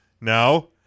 No